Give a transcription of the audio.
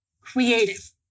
creative